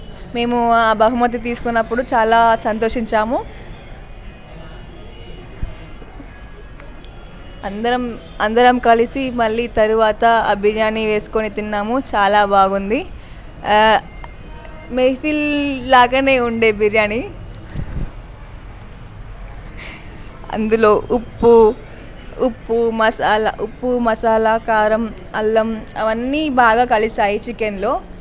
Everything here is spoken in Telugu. మేము ఆ బహుమతి తీసుకున్నప్పుడు చాలా సంతోషించాము అందరం అందరం కలిసి మళ్ళీ తరువాత ఆ బిర్యానీ వేసుకుని తిన్నాము చాలా బాగుంది మేఫీల్లాగానే ఉంది బిర్యాని అందులో ఉప్పు ఉప్పు మసాలా ఉప్పు మసాలా కారం అల్లం అవన్నీ బాగా కలిసాయి చికెన్లో